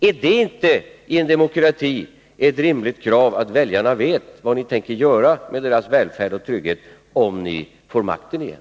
Är det inte i en demokrati ett rimligt krav att väljarna vet vad ni tänker göra när det gäller deras välfärd och trygghet, om ni får makten igen?